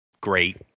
great